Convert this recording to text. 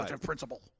principle